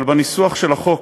אבל בניסוח של החוק,